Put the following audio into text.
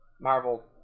marvel